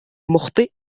مخطئ